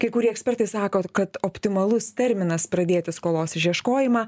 kai kurie ekspertai sako kad optimalus terminas pradėti skolos išieškojimą